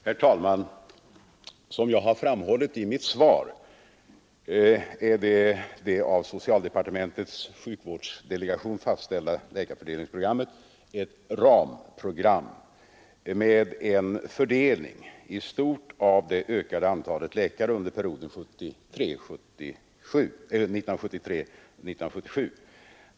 Herr talman! Som jag framhållit i mitt svar är det av socialdepartementets sjukvårdsdelegation fastställda läkarfördelningsprogrammet ett ramprogram med en fördelning i stort av det ökade antalet läkare under perioden 1973—1977.